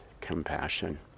compassion